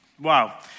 Wow